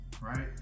right